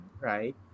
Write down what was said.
right